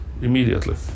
immediately